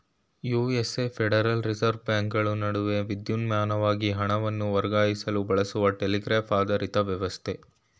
USA federal reserve ಬ್ಯಾಂಕ್ಗಳು ನಡುವೆ ವಿದ್ಯುನ್ಮಾನವಾಗಿ ಹಣವನ್ನು ವರ್ಗಾಯಿಸಲು ಬಳಸುವ ಟೆಲಿಗ್ರಾಫ್ ಆಧಾರಿತ ವ್ಯವಸ್ಥೆ